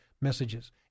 messages